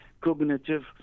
cognitive